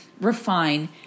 refine